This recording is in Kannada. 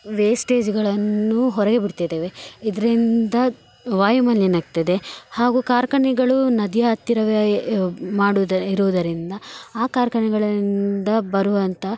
ವೆಸ್ಟೇಜುಗಳನ್ನು ಹೊರಗೆ ಬಿಡ್ತಿದ್ದೇವೆ ಇದರಿಂದ ವಾಯು ಮಾಲಿನ್ಯ ಆಗ್ತದೆ ಹಾಗೂ ಕಾರ್ಖಾನೆಗಳು ನದಿಯ ಹತ್ತಿರವೇ ಮಾಡೋದು ಇರುವುದರಿಂದ ಆ ಕಾರ್ಖಾನೆಗಳಿಂದ ಬರುವಂಥ